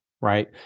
right